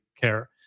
care